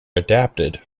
adapted